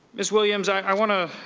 ms. williams, i want to